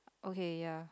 okay ya